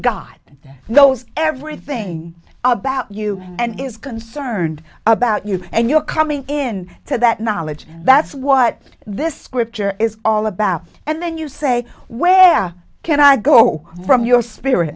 god knows everything about you and is concerned about you and your coming in to that knowledge that's what this scripture is all about and then you say where can i go from your spirit